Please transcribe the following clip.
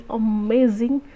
amazing